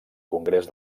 congrés